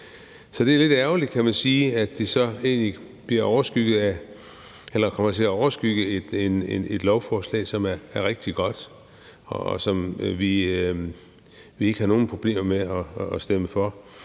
Så det er lidt ærgerligt, kan man sige, at det kommer til at overskygge et lovforslag, som er rigtig godt, og som vi ikke havde nogen problemer med at stemme for.